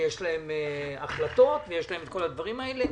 יש להם החלטות, ויש להם את כל הדברים האלה.